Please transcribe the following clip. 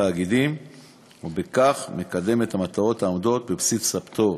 תאגידים ובכך מקדם את המטרות העומדות בבסיס הפטור.